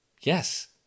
Yes